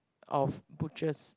of butchers